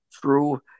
true